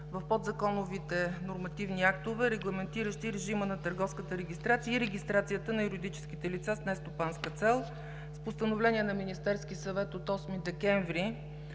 в подзаконовите нормативни актове, регламентиращи режима на търговската регистрация и регистрацията на юридическите лица с нестопанска цел. С Постановление на Министерския съвет от 8 декември